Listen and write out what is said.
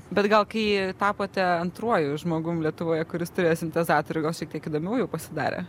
bet gal kai tapote antruoju žmogum lietuvoje kuris turėjo sintezatorių gal šiek tiek įdomiau jau pasidarė